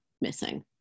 missing